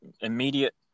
immediate